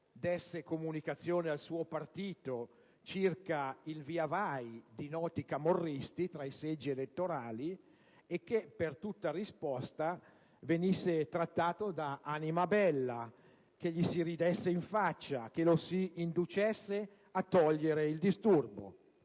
desse comunicazione al suo partito circa il via vai di noti camorristi tra i seggi elettorali e che per tutta risposta venisse trattato da anima bella, che gli si ridesse in faccia, che lo si inducesse a togliere il disturbo.